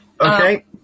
Okay